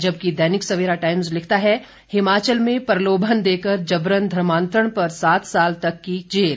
जबकि दैनिक सवेरा टाइम्स लिखता है हिमाचल में प्रलोभन देकर जबरन धर्मांतरण पर सात साल तक की जेल